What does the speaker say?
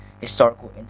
historical